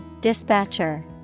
Dispatcher